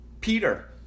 Peter